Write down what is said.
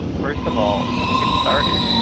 um first of all let's get started.